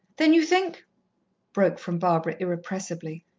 then you think broke from barbara irrepressibly.